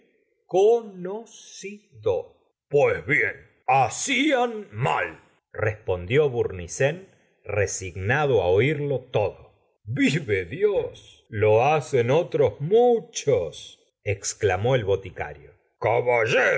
pues bien hacían mal respondió bournisien resignado á oírlo todo vive dios lo hacen otrcs muchos exclamó el boticario